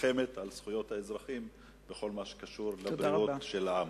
נלחמת על זכויות האזרחים בכל הקשור לבריאות העם.